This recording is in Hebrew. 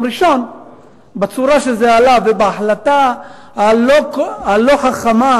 ראשון בצורה שזה עלה ובהחלטה הלא-חכמה,